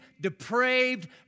depraved